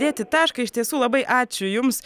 dėti tašką iš tiesų labai ačiū jums